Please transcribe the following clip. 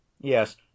yes